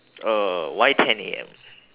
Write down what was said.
uh why ten A_M